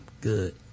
Good